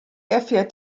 erfährt